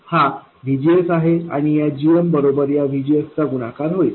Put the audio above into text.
हा VGS आहे आणि या gm बरोबर या VGS चा गुणाकार होईल